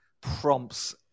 prompts